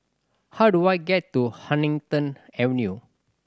how do I get to Huddington Avenue